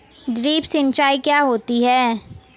Drip सिंचाई क्या होती हैं?